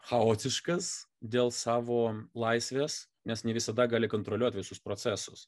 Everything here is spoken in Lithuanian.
chaotiškas dėl savo laisvės nes ne visada gali kontroliuoti visus procesus